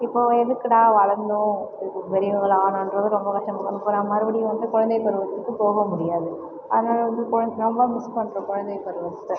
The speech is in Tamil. இப்போ எதுக்குடா வளர்ந்தோம் இப்போ பெரியவங்களாக ஆனோன்றது ரொம்ப கஷ்டமாக இப்போ நான் மறுபடியும் வந்து குழந்தைப் பருவத்துக்கு போக முடியாது அதனால் வந்து குழந் ரொம்ப மிஸ் பண்ணுறேன் குழந்தைப் பருவத்தை